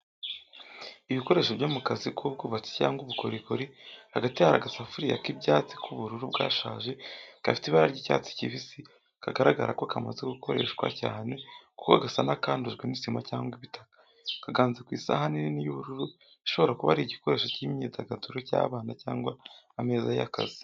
Ibikoresho byo mu kazi k’ubwubatsi cyangwa ubukorikori. Hagati hari agasafuriya k’ibyatsi k’ubururu bwashaje, gafite ibara ry’icyatsi kibisi, kagaragara ko kamaze gukoreshwa cyane kuko gasa n’akandujwe n'isima cyangwa ibitaka. Kaganze ku isahani nini y’ubururu ishobora kuba ari igikoresho cy’imyidagaduro y’abana cyangwa ameza y’akazi.